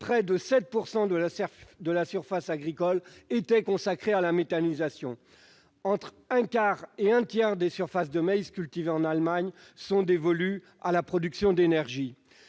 près de 7 % de la surface agricole de l'Allemagne était consacrée à la méthanisation ; entre un quart et un tiers des surfaces de maïs cultivées dans ce pays sont dévolues à la production d'énergie.